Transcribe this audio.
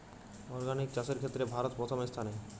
organic চাষের ক্ষেত্রে ভারত প্রথম স্থানে